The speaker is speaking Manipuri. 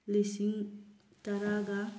ꯂꯤꯁꯤꯡ ꯇꯔꯥꯒ